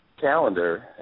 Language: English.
calendar